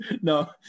No